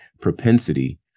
propensity